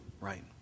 right